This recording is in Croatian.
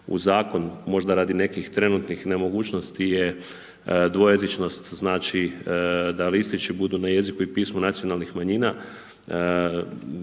u zakon, možda radi nekih trenutnih nemogućnosti je dvojezičnost, znači da listići budu na jeziku i pismu nacionalnih manjina.